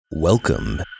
Welcome